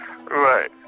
Right